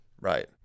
Right